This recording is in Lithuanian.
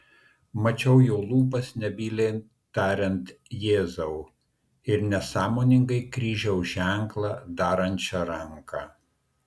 mačiau jo lūpas nebyliai tariant jėzau ir nesąmoningai kryžiaus ženklą darančią ranką